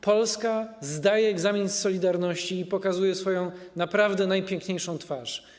Polska zdaje egzamin z solidarności i pokazuje swoją naprawdę najpiękniejszą twarz.